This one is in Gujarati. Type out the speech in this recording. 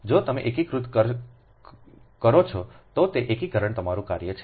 જો તમે એકીકૃત કરો છો તો તે એકીકરણ તમારું કાર્ય છે